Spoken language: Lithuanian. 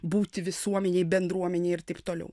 būti visuomenėj bendruomenėj ir taip toliau